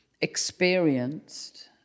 experienced